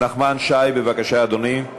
נחמן שי, בבקשה, אדוני.